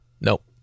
Nope